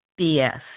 BS